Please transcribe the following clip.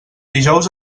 dijous